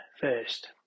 first